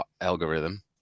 algorithm